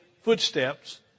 footsteps